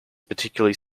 particularly